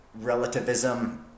relativism